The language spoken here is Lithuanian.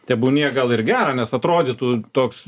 tebūnie gal ir gerą nes atrodytų toks